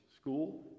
School